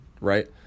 right